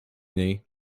niej